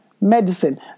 medicine